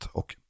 och